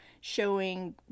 showing